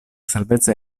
salvezza